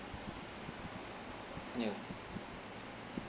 ya